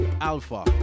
Alpha